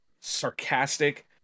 sarcastic